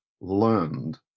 learned